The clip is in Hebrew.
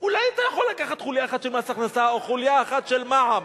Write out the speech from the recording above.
אולי אתה יכול לקחת חוליה אחת של מס הכנסה או חוליה אחת של מע"מ?